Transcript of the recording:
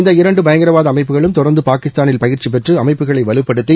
இந்த இரண்டு பயங்கரவாத அமைப்புகளும் தொடர்ந்து பாகிஸ்தானில் பயிற்சிபெற்று அமைப்புகளை வலுப்படுத்தி